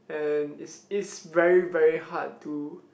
and is is very very hard to